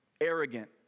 arrogant